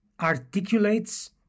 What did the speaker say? Articulates